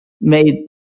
made